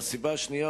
והסיבה השנייה,